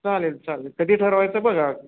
चालेल चालेल कधी ठरवायचं बघा